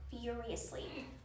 furiously